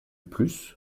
plus